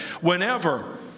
Whenever